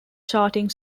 charting